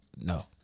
No